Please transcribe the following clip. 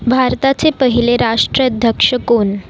भारताचे पहिले राष्ट्राध्यक्ष कोण